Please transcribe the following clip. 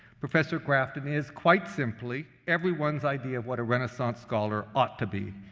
professor grafton is quite simply everyone's idea of what a renaissance scholar ought to be.